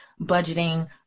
budgeting